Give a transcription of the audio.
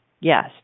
yes